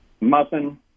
Muffin